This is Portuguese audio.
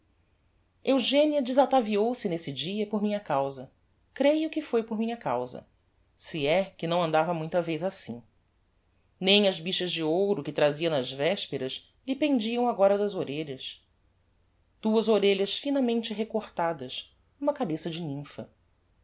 fui eugenia desataviou se nesse dia por minha causa creio que foi por minha causa se é que não andava muita vez assim nem as bichas de ouro que trazia na vespera lhe pendiam agora das orelhas duas orelhas finamente recortadas n'uma cabeça de